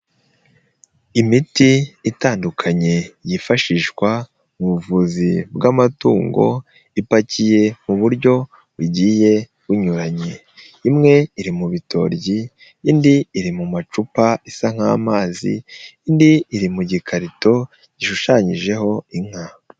Imiti itandukanye yifashishwa mu buvuzi bw'amatungo, ipakiye mu buryo bugiye bunyuranye, imwe iri mu bitoryi, indi iri mu macupa isa nk'amazi, indi iri mu gikarito gishushanyijeho inka.